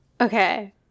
okay